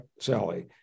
Sally